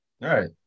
Right